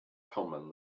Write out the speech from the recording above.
common